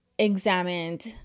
examined